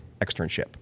externship